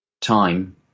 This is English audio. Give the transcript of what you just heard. time